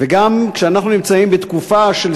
וגם כשאנחנו נמצאים בתקופה שאנחנו נמצאים,